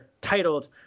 titled